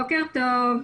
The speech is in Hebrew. בוקר טוב.